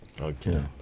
Okay